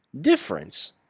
difference